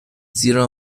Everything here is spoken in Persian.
زیرا